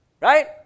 Right